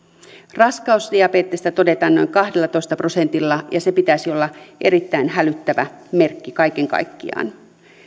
raskausdiabetesta todetaan noin kahdellatoista prosentilla ja sen pitäisi olla erittäin hälyttävä merkki kaiken kaikkiaan